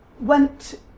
went